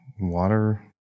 Water